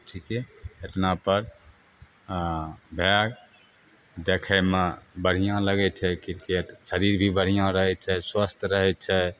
ठीके एतना पर देखैमे बढ़िऑं लगै छै क्रिकेट शरीर भी बढ़िऑं रहै छै स्वस्थ रहै छै